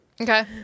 Okay